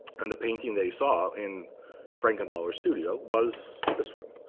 and the painting they saw in frankenthaler's studio was this one.